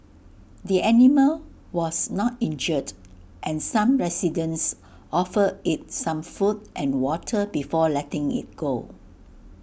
the animal was not injured and some residents offered IT some food and water before letting IT go